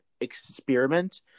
experiment